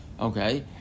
Okay